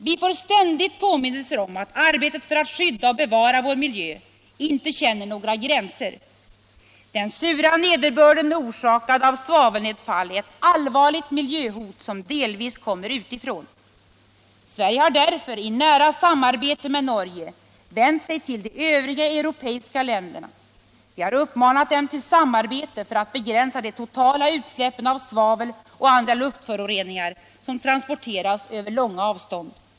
Vi får ständigt påminnelser om att arbetet för att skydda och bevara vår miljö inte känner några gränser. Den sura nederbörden orsakad av svavelnedfall är ett allvarligt miljöhot som delvis kommer utifrån. Sverige har därför, i nära samarbete med Norge, vänt sig till de övriga europeiska länderna. Vi har uppmanat dem till samarbete för att begränsa de totala utsläppen av svavel och andra luftföroreningar som transporteras över långa avstånd.